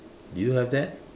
do you have that